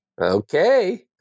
Okay